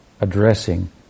addressing